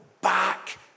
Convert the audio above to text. back